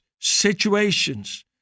situations